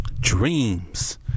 dreams